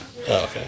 Okay